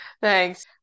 Thanks